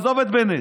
עזוב את בנט.